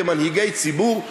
כמנהיגי ציבור,